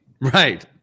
Right